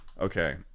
Okay